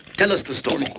tell us the story.